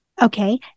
Okay